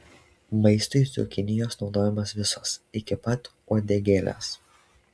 maistui cukinijos naudojamos visos iki pat uodegėlės